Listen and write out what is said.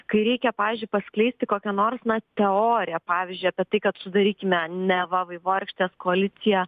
kai reikia pavyzdžiui paskleisti kokią nors na teoriją pavyzdžiui apie tai kad sudarykime neva vaivorykštės koaliciją